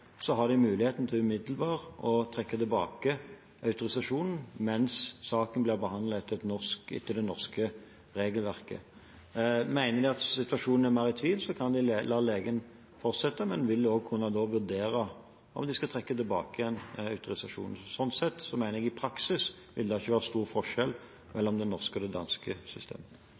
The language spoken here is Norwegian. har de mulighet til umiddelbart å trekke tilbake autorisasjonen mens saken blir behandlet etter det norske regelverket. I en situasjon der en er mer i tvil, kan en la legen fortsette, men vil da kunne vurdere om de skal trekke tilbake autorisasjonen. Sånn sett mener jeg at det i praksis ikke vil være stor forskjell